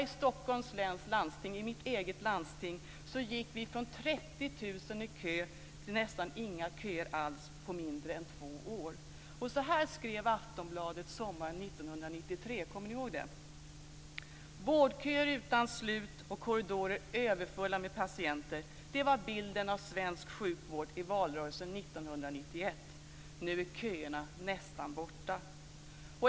I mitt eget landsting, Stockholms läns landsting, gick vi från 30 000 människor i kö till nästan inga köer alls på mindre än två år. Så här skrev Aftonbladet sommaren 1993: Vårdköer utan slut och korridorer överfulla med patienter. Det var bilden av svensk sjukvård i valrörelsen 1991. Nu är köerna nästan borta.